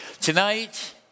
Tonight